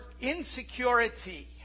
insecurity